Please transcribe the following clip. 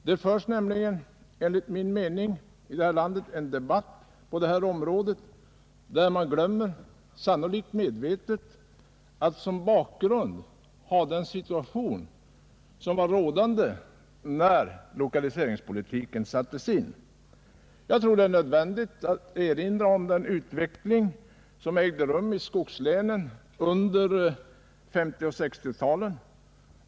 Det förs nämligen enligt min mening här i landet en debatt på detta område där man glömmer — sannolikt medvetet — att som bakgrund ställa den situation som var rådande när lokaliseringspolitiken sattes in. Jag tror att det är nödvändigt att erinra om den utveckling som ägde rum i skogslänen under 1950 och 1960 talen.